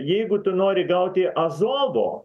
jeigu tu nori gauti azovo